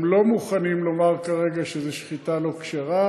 הם לא מוכנים לומר כרגע שזה שחיטה לא כשרה.